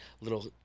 little